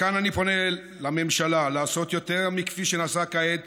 מכאן אני פונה לממשלה לעשות יותר מכפי שנעשה כעת